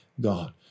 God